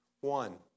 One